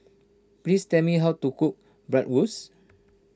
please tell me how to cook Bratwurst